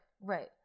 right